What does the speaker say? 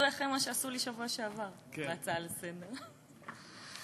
שעשו לי בשבוע שעבר בהצעה לסדר-היום.